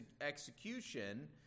execution